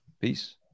Peace